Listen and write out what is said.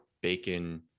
bacon